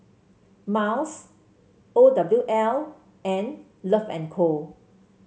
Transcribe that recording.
Miles O W L and Love and Co